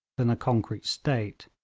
than a concrete state.